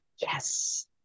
Yes